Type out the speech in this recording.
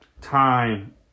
time